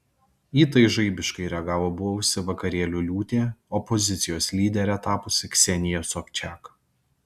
į tai žaibiškai reagavo buvusi vakarėlių liūtė opozicijos lydere tapusi ksenija sobčak